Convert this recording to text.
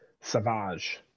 Savage